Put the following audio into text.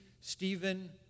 Stephen